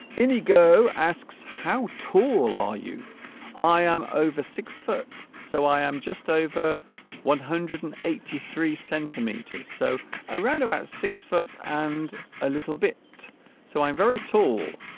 inigo asks how tall are you i am over six foot so i am just over one hundred and eighty three centimetres so around about six foot and a little bit so i'm very tall